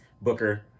Booker